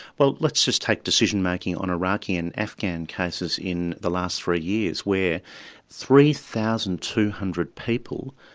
well let's just take decision making on iraqi and afghan cases in the last three years, where three thousand two hundred people,